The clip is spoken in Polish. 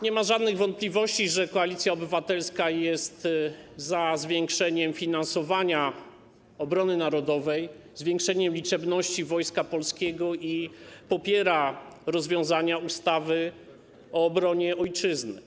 Nie ma żadnych wątpliwości, że Koalicja Obywatelska jest za zwiększeniem finansowania obrony narodowej, zwiększeniem liczebności Wojska Polskiego i popiera rozwiązania ustawy o obronie Ojczyzny.